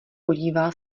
podíval